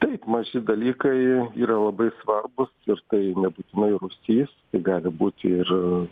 taip maži dalykai yra labai svarbūs ir tai nebūtinai rūsys tai gali būti ir